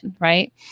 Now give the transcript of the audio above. right